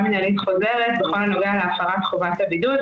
מנהלית חוזרת בכל הנוגע להפרת חובת הבידוד,